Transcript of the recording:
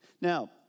Now